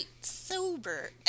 sober